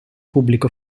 pubblico